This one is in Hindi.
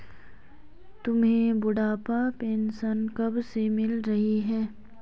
तुम्हें बुढ़ापा पेंशन कब से मिल रही है?